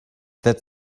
that